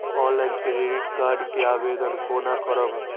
Online credit card के आवेदन कोना करब?